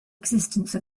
existence